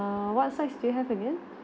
~(err) what sides do you have again